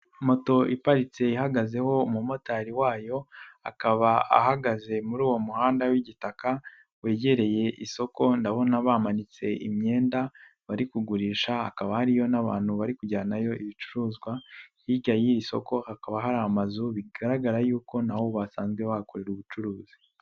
Moto iparitse ihagazeho umumotari wayo, akaba ahagaze muri uwo muhanda w'igitaka wegereye isoko, ndabona bamanitse imyenda bari kugurisha akaba hariyo n'abantu bari kujyanayo ibicuruzwa, hirya y'isoko hakaba hari amazu bigaragara yuko na ho basanzwe bahakorera ubucuruzi.